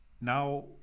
now